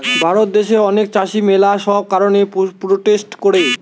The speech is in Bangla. ভারত দ্যাশে অনেক চাষী ম্যালা সব কারণে প্রোটেস্ট করে